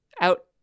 Out